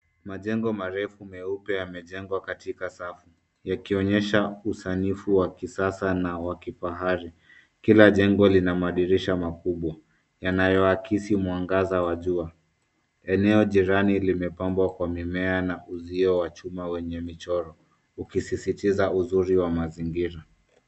Majengo marefu meupe yamejengwa katika safu yakionyesha usanifu wa kisasa na wa kifahari. Kila jengo lina madirisha makubwa yanayoakisi mwangaza wa jua. Eneo jirani limepambwa kwa mimea na uzio wa chuma wenye michoro ukisisitiza uzuri wa mazingira.